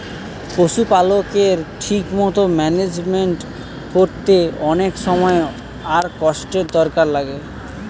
পশুপালকের ঠিক মতো ম্যানেজমেন্ট কোরতে অনেক সময় আর কষ্টের দরকার লাগে